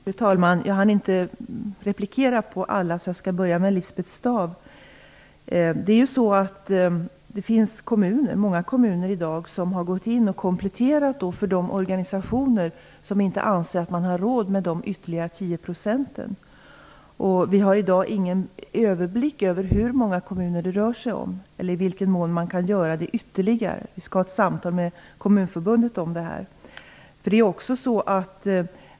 Fru talman! Jag hann inte replikera på alla inlägg. Jag skall börja med Lisbeth Staaf-Igelström. Det finns i dag många kommuner som har gått in och kompletterat för de organisationer som inte anser att de har råd med ytterligare 10 %. Vi har i dag inte någon överblick över hur många kommuner det rör sig om och i vilken mån de kan göra det ytterligare. Vi skall ha ett samtal med Kommunförbundet om detta.